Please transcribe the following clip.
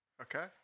Okay